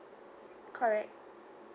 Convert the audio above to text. correct